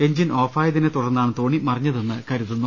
engine ഓഫായതിനെതുടർന്നാണ് തോണി മറിഞ്ഞതെന്ന് കരുതുന്നു